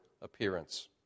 appearance